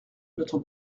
notre